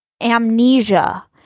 amnesia